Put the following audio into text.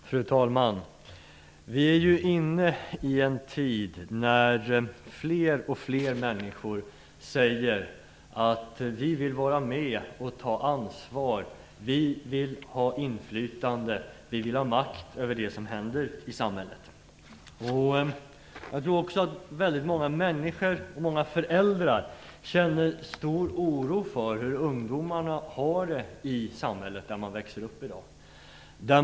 Fru talman! Vi är ju inne i en tid när fler och fler människor säger att de vill vara med och ta ansvar. De vill ha inflytande och makt över det som händer i samhället. Jag tror också att väldigt många föräldrar i dag känner stor oro för hur ungdomarna har det i det samhälle där de växer upp.